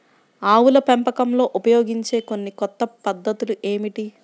ఆవుల పెంపకంలో ఉపయోగించే కొన్ని కొత్త పద్ధతులు ఏమిటీ?